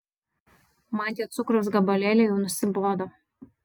man tie cukraus gabalėliai jau nusibodo